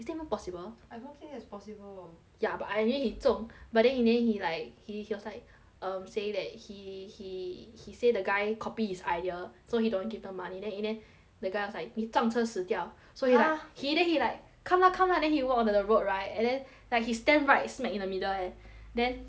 is that even possible I don't think that's possible ya but i~ in the end he 中 but then in the end he like he~ he was like say um saying that he he he said the guy copy his idea so he don't give him money then in the end the guy was like 你撞车死掉 !huh! so he he then he like come lah come lah then he walk on the road right and then like he stand right smack in the middle eh then